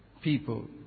people